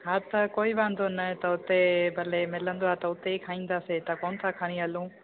हा त कोई वांदो न आहे त उते भले मिलंदो आहे त उते ई खाईंदासीं इतां कोन था खणी हलूं